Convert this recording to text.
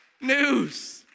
news